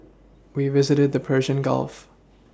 we visited the Persian Gulf